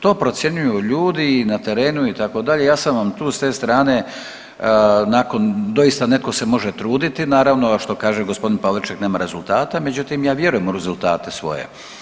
To procjenjuju ljudi i na terenu itd., ja sam vam tu s te strane nakon doista neko se može truditi naravno što kaže gospodin Pavliček nema rezultata, međutim ja vjerujem u rezultate svoje.